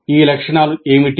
ఈ లక్షణాలు ఏమిటి